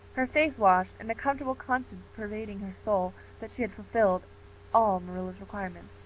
her face washed, and a comfortable consciousness pervading her soul that she had fulfilled all marilla's requirements.